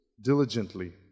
diligently